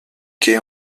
quais